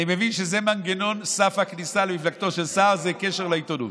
אני מבין שמנגנון סף הכניסה למפלגתו של סער זה קשר לעיתונות.